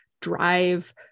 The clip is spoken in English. drive